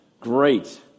Great